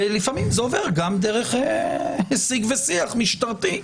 ולפעמים זה עובר גם דרך שיג ושיח משטרתי.